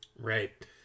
Right